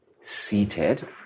seated